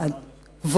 חברי חברי הכנסת,